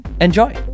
Enjoy